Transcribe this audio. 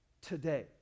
today